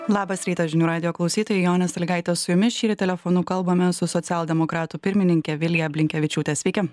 labas rytas žinių radijo klausytojai jonė salygaitė su jumis šįryt telefonu kalbamės su socialdemokratų pirmininke vilija blinkevičiūte sveiki